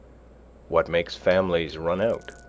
what makes families run out?